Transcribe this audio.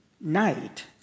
night